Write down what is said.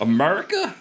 America